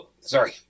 Sorry